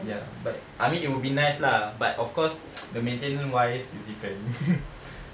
ya but I mean it would be nice lah but of course the maintenance wise is different